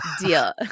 deal